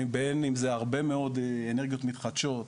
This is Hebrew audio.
בין אם זה הרבה מאוד אנרגיות מתחדשות,